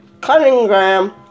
Cunningham